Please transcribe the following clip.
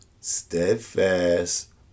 steadfast